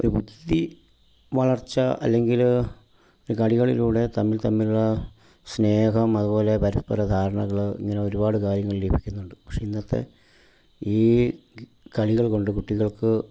ഒരു ബുദ്ധിവളർച്ച അല്ലെങ്കിൽ ഒരു കളികളിലൂടെ തമ്മിൽ തമ്മിലുള്ള സ്നേഹം അതുപോലെ പരസ്പര ധാരണകൾ ഇങ്ങനെ ഒരുപാട് കാര്യങ്ങൾ ലഭിക്കുന്നുണ്ട് പക്ഷേ ഇന്നത്തെ ഈ കളികൾ കൊണ്ട് കുട്ടികൾക്ക്